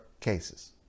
cases